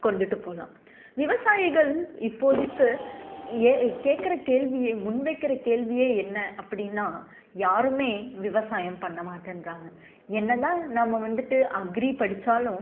கொண்டுட்டு போகலாம் விவசாயிகள் இப்போதைக்கு ஏ கேட்குற கேள்வியே முன்வைக்கிற கேள்வியே என்ன அப்படின்னா யாரும் விவசாயம் பண்ண மாட்டேன்றாங்க என்ன தான் நம்ம வந்துட்டு அக்ரி படித்தாலும்